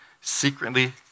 secretly